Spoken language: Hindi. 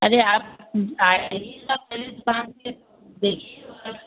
अरे आप आइएगा पहले दुकान पर तो देखिएगा